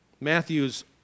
Matthew's